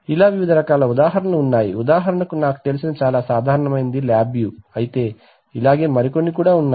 ఇలా వివిధ ఉదాహరణలు ఉన్నాయి ఉదాహరణకు నాకు తెలిసిన చాలా సాధారణమైనది ల్యాబ్వ్యూ అయితే ఇలాగే మరికొన్ని కూడా ఉన్నాయి